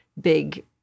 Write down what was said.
big